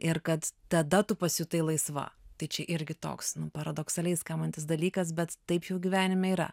ir kad tada tu pasijutai laisva tai čia irgi toks nu paradoksaliai skambantis dalykas bet taip jau gyvenime yra